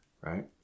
right